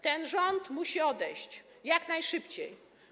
Ten rząd musi odejść jak najszybciej.